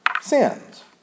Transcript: sins